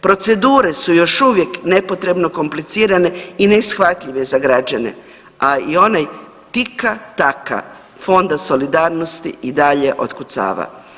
Procedure su još uvijek nepotrebno komplicirane i neshvatljive za građane, a i onaj tika taka Fonda solidarnosti i dalje otkucava.